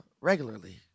regularly